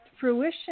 fruition